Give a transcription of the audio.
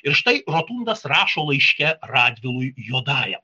ir štai rotundas rašo laiške radvilui juodajam